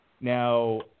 now